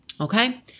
Okay